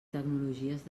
tecnologies